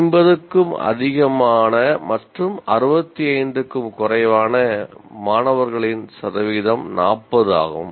50 க்கும் அதிகமான மற்றும் 65 க்கும் குறைவான மாணவர்களின் சதவீதம் 40 ஆகும்